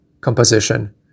composition